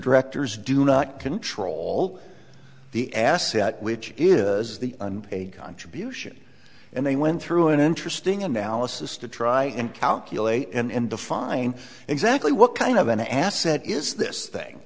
directors do not control the asset which is the contribution and they went through an interesting analysis to try and calculate and define exactly what kind of an asset is this thing